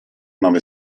nove